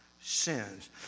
sins